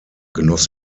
genoss